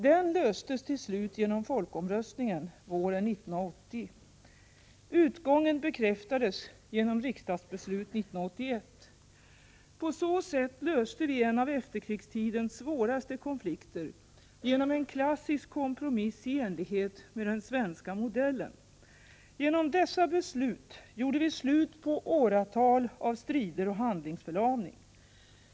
På så sätt löste vi en av efterkrigstidens svåraste konflikter genom en klassisk kompromiss i enlighet med den svenska modellen. Genom dessa beslut gjorde vi slut på åratal av strider och handlingsförlamning.